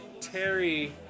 terry